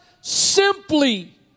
simply